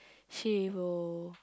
she will